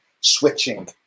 switching